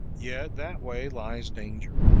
yet that way lies danger,